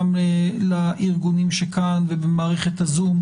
גם לארגונים שכאן ובמערכת הזום.